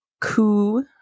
coup